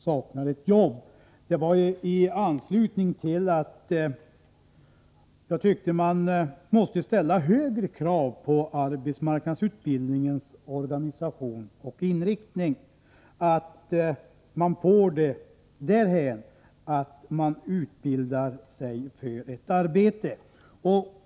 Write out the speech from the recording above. Jag var inne på detta i anslutning till att jag framhöll att man måste ställa högre krav på arbetsmarknadsutbildningens organisation och inriktning, så att man kommer därhän att människor utbildar sig för ett arbete.